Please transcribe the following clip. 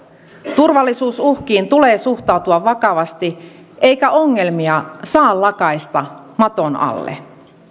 turvallisuusuhkiin tulee suhtautua vakavasti eikä ongelmia saa lakaista maton alle